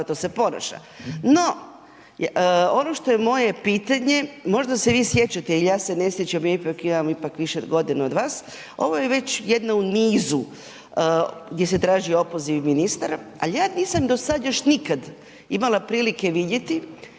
se ponaša. No, ono što je moje pitanje, možda se vi sjećate jel ja se ne sjećam, ja ipak imam ipak više godina od vas, ovo je već jedna u nizu gdje se traži opoziv ministara, al ja nisam dosad još nikad imala prilike vidjeti